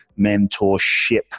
mentorship